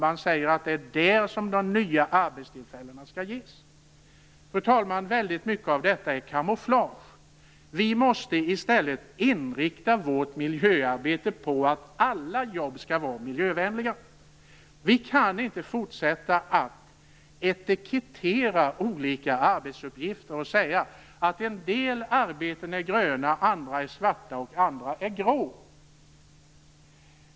Man säger att det är inom den sektorn som de nya arbetstillfällena skall ges. Fru talman! Väldigt mycket av detta är kamouflage. Vi måste i stället inrikta vårt miljöarbete på att alla jobb skall vara miljövänliga. Vi kan inte fortsätta att etikettera olika arbetsuppgifter och säga att en del arbeten är gröna, andra svarta och andra grå.